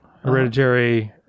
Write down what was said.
hereditary